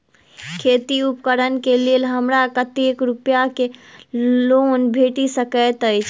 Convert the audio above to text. खेती उपकरण केँ लेल हमरा कतेक रूपया केँ लोन भेटि सकैत अछि?